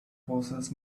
poses